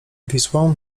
wisłą